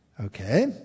Okay